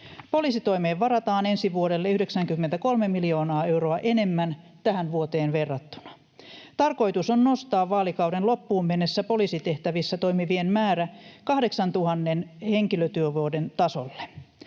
Poliisitoimeen varataan ensi vuodelle 93 miljoonaa euroa enemmän tähän vuoteen verrattuna. Tarkoitus on nostaa vaalikauden loppuun mennessä poliisitehtävissä toimivien määrä 8 000 henkilötyövuoden tasolle.